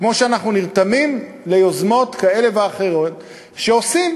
כמו שאנחנו נרתמים ליוזמות כאלה ואחרות שעושים.